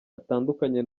atandukanye